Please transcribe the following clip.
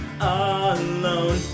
alone